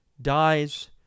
Dies